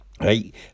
right